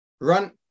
run